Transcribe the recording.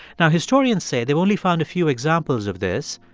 now, historians say they've only found a few examples of this,